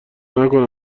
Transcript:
نکنم